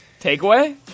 Takeaway